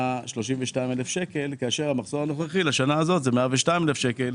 32,000 שקל כאשר המחזור לשנה הנוכחית הוא 102,000 שקל.